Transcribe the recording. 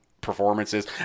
Performances